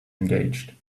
engaged